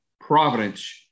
Providence